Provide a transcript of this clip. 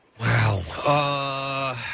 Wow